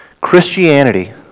Christianity